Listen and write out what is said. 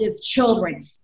children